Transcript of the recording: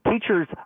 Teachers